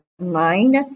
mind